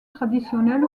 traditionnel